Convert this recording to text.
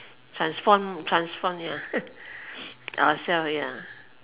transform transform ya ourselves ya